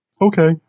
Okay